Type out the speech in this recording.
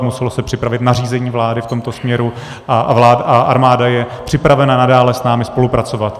Muselo se připravit nařízení vlády v tomto směru a armáda je připravena nadále s námi spolupracovat.